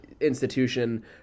institution